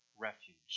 refuge